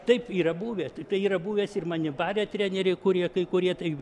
taip yra buvę tai yra buvęs ir mane barė treneriai kurie kai kurie tai